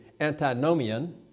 antinomian